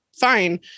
fine